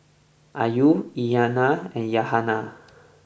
Ayu Aina and Yahaya